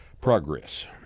progress